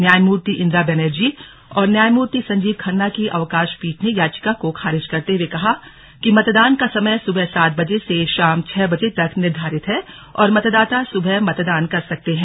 न्यायमूर्ति इंदिरा बैनर्जी और न्यायमूर्ति संजीव खन्ना की अवकाश पीठ ने याचिका को खारिज करते हुए कहा कि मतदान का समय सुबह सात बजे से शाम छह बजे तक निर्धारित है और मतदाता सुबह मतदान कर सकते हैं